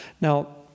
Now